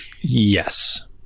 Yes